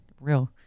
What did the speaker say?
real